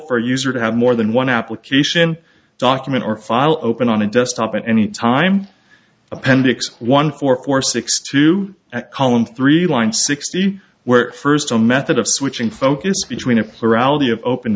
a user to have more than one application document or file open on a desktop at any time appendix one four four six two column three line sixty were first a method of switching focus between